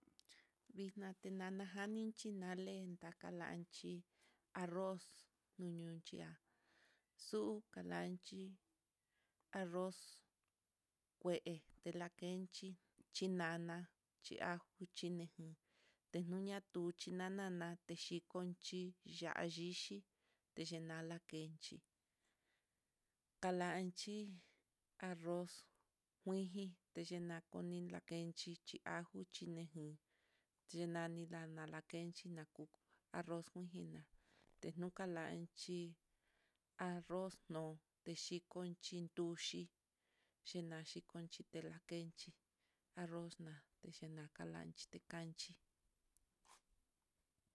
Vixna tinana janinchí nale ndakalanchí, arroz nununchi'a xuu kalanchí, arroz kuee telakenchí chinana chi ajo chinakin, teñuña tuchi nana natexhi, xhikonchi ya'a yixhi, chinala kenchí talanchí arroz, kuii ji techinakoli nakenchí, ajo chinekin chinani la'a nalakenchí na kuu arroz kuijina, teukalanchí arroz no techikonchí, tuxhi xhina chikonchí telakenchí arroz na'a techina kalanchité kanchí.